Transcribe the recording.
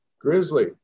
grizzly